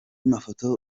mafoto